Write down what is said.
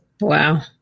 Wow